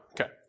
Okay